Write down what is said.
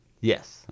Yes